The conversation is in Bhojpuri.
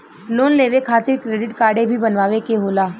लोन लेवे खातिर क्रेडिट काडे भी बनवावे के होला?